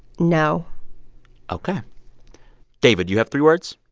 no ok david, you have three words?